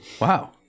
Wow